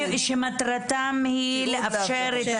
שמטרתם היא לאפשר גם